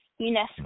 UNESCO